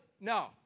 No